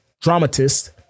dramatist